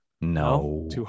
no